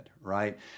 right